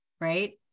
Right